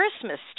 Christmas